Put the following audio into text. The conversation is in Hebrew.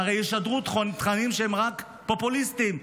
הרי ישדרו תכנים שהם רק פופוליסטיים,